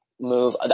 move